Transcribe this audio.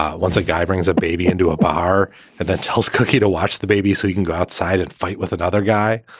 um once a guy brings a baby into a bar and then tells cookie to watch the baby so you can go outside and fight with another guy.